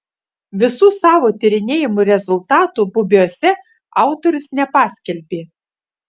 visų savo tyrinėjimų rezultatų bubiuose autorius nepaskelbė